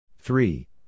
Three